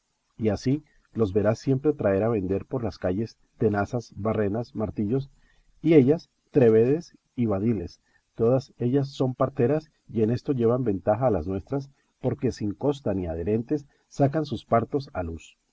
y así los verás siempre traer a vender por las calles tenazas barrenas martillos y ellas trébedes y badiles todas ellas son parteras y en esto llevan ventaja a las nuestras porque sin costa ni adherentes sacan sus partos a luz